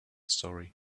story